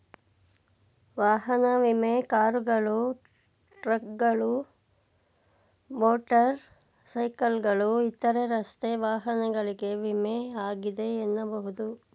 ವಾಹನ ವಿಮೆ ಕಾರುಗಳು, ಟ್ರಕ್ಗಳು, ಮೋಟರ್ ಸೈಕಲ್ಗಳು ಇತರ ರಸ್ತೆ ವಾಹನಗಳಿಗೆ ವಿಮೆ ಆಗಿದೆ ಎನ್ನಬಹುದು